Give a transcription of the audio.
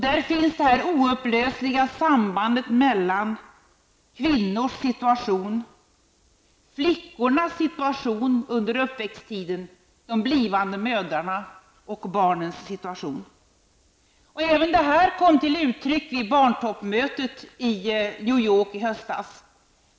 Det finns ett oupplösligt samband mellan kvinnors situation, flickors situation under uppväxttiden, och barnens situation. Även detta kom till uttryck vid barntoppmötet i New York i höstas.